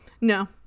no